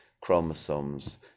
chromosomes